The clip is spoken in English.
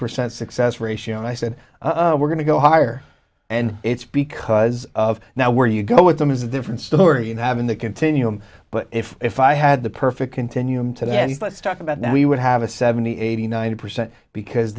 percent success ratio and i said we're going to go higher and it's because of now where you go with them is a different story and having that continuum but if i had the perfect continuum to then let's talk about now we would have a seventy eighty ninety percent because